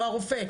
או הרופא.